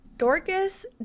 Dorcas